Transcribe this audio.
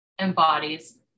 embodies